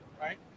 Right